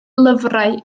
lyfrau